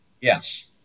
Yes